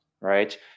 right